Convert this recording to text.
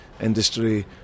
industry